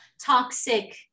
toxic